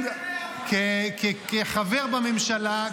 כחבר בממשלה,